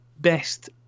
best